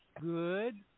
good